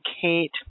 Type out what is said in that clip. Kate